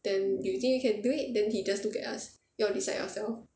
then you think you can do it then he just look at us you all decide yourself